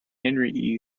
henry